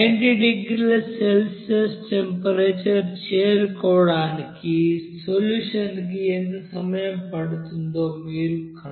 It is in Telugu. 90 డిగ్రీల సెల్సియస్ టెంపరేచర్ చేరుకోవడానికి సొల్యూషన్ కి ఎంత సమయం పడుతుందో మీరు కనుగొనాలి